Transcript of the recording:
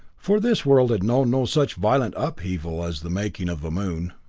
for this world had known no such violent upheaval as the making of a moon.